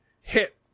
hit